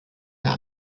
der